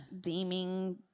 deeming